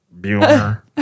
Bueller